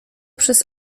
przez